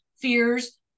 fears